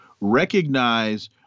recognize